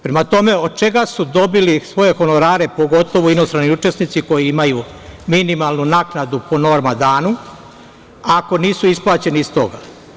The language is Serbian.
Prema tome, od čega su dobili svoje honorare, pogotovo inostrani učesnici koji imaju minimalnu naknadu po norma danu, ako nisu isplaćeni iz toga?